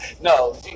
No